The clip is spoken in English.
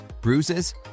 bruises